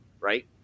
right